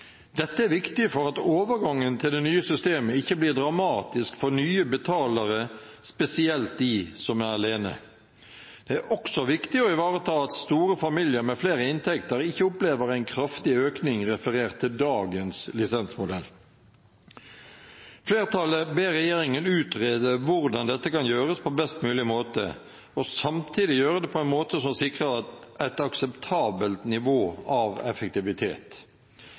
Dette er viktig for at overgangen til det nye systemet ikke blir dramatisk for nye betalere, spesielt de som er alene. Det er også viktig å ivareta at store familier med flere inntekter ikke opplever en kraftig økning referert til dagens lisensmodell. Flertallet ber regjeringen utrede hvordan dette kan gjøres på best mulig måte, og samtidig gjøre det på en måte som sikrer et akseptabelt nivå av effektivitet.